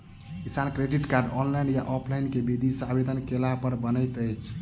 किसान credit card, online या offline केँ विधि सँ आवेदन कैला पर बनैत अछि?